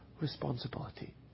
responsibility